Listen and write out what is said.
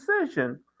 decision